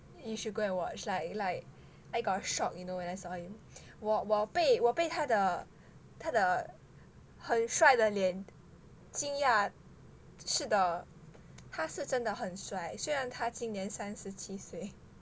you should go and watch like like I got shock you know when I saw him 我我被我被他的他的很帅的脸惊讶是的他是真的很帅虽然他今年三十七岁